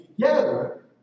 together